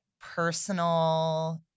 personal